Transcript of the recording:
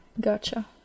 Gotcha